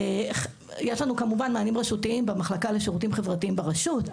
יש לנו כמובן מענים רשותיים במחלקה לשירותים חברתיים ברשות,